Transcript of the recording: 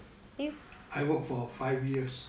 I work for five years